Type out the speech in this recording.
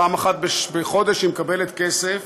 פעם אחת בחודש היא מקבלת כסף,